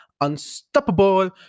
Unstoppable